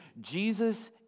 Jesus